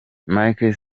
mike